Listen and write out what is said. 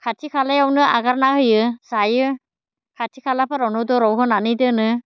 खाथि खालायावनो एंगारना होयो जायो खाथि खालाफोराव न' दराव होनानै दोनो